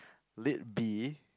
lit B